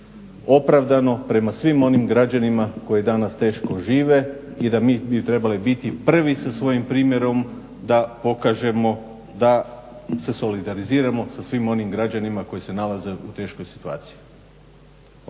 opravdano prema svim onima građanima koji danas teško žive i da mi bi trebali biti prvi sa svojim primjerom da pokažemo da se solidariziramo sa svim onim građanima koji se nalaze u teškoj situaciji.